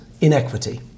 inequity